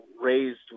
raised